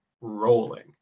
rolling